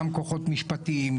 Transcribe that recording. גם כוחות משפטיים,